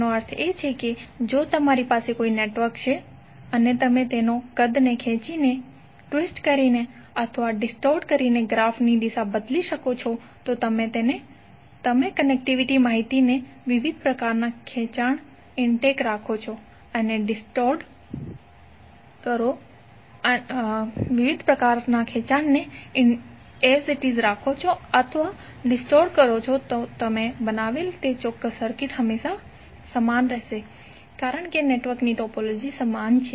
તેનો અર્થ એ કે જો તમારી પાસે નેટવર્ક છે અને તમે તેના કદને ખેંચીને ટ્વિસ્ટ કરીને અથવા ડિસ્ટોર્ટ કરીને ગ્રાફની દિશા બદલો છો જો તમે કનેક્ટિવિટી માહિતીને વિવિધ પ્રકારના ખેંચાણને ઇન્ટેક રાખો અથવા ડિસ્ટોર્ટ કરો તો તમે બનાવેલ તે ચોક્કસ સર્કિટ હંમેશા સમાન રહેશે કારણ કે નેટવર્કની ટોપોલોજી સમાન છે